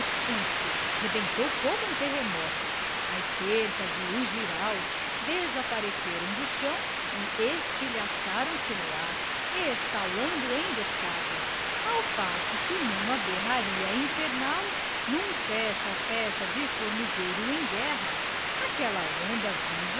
pulso rebentou como um terremoto as cercas e os jiraus desapareceram do chão e estilhaçaram se no ar estalando em descarga ao passo que numa berraria infernal num fecha fecha de formigueiro em guerra aquela onda